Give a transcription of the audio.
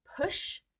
push